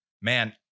man